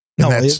No